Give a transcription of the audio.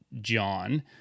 John